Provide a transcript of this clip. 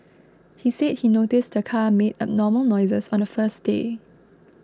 he said he noticed the car made abnormal noises on the first day